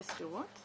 בשכירות?